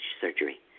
surgery